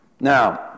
Now